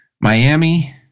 Miami